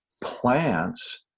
plants